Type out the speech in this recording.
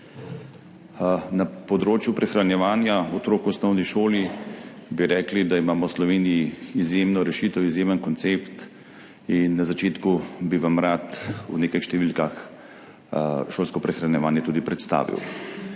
Na področju prehranjevanja otrok v osnovni šoli bi rekli, da imamo v Sloveniji izjemno rešitev, izjemen koncept in na začetku bi vam rad v nekaj številkah šolsko prehranjevanje tudi predstavil.